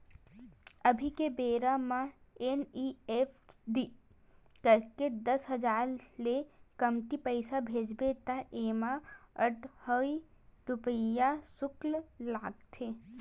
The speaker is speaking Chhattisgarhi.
अभी के बेरा म एन.इ.एफ.टी करके दस हजार ले कमती पइसा भेजबे त एमा अढ़हइ रूपिया सुल्क लागथे